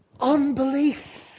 unbelief